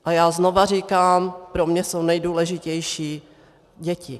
A já znovu říkám, pro mě jsou nejdůležitější děti.